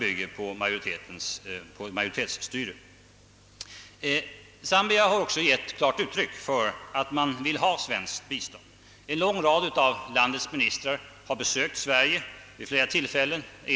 bygger på majoritetsstyre. Zambia har också givit klart uttryck för att man vill ha svenskt bistånd. En lång rad av landets ministrar har besökt. Sverige vid flera tillfällen.